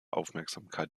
aufmerksamkeit